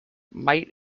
might